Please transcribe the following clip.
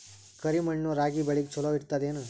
ಕರಿ ಮಣ್ಣು ರಾಗಿ ಬೇಳಿಗ ಚಲೋ ಇರ್ತದ ಏನು?